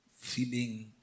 feeling